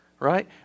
Right